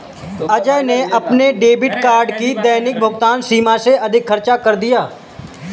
अजय ने अपने debit card की दैनिक भुगतान सीमा से अधिक खर्च कर दिया